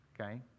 okay